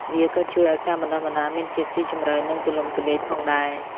វាក៏ជួយឱ្យការបណ្តុះបណ្តាលមានភាពស៊ីជម្រៅនិងទូលំទូលាយផងដែរ។